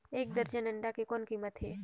एक दर्जन अंडा के कौन कीमत हे?